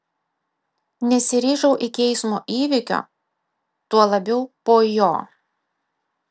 nesiryžau iki eismo įvykio tuo labiau po jo